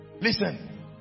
Listen